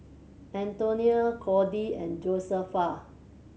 Antonia Kody and Josefa